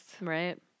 Right